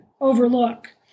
overlook